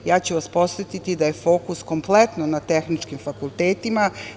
Ja ću vas podsetiti da je fokus kompletno na tehničkim fakultetima.